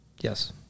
Yes